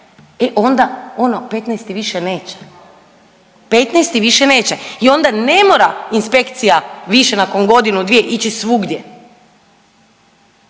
e onda ono petnaesti više neće, petnaesti više neće i onda ne mora inspekcija više nakon godinu, dvije ići svugdje